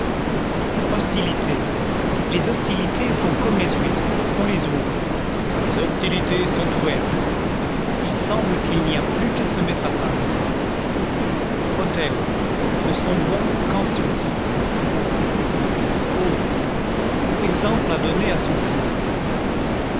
hostilités les hostilités sont comme les huîtres on les ouvre les hostilités sont ouvertes il semble qu'il n'y a plus qu'à se mettre à table hôtels ne sont bons qu'en suisse hôtes exemples à donner à son fils